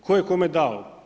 Tko je kome dao?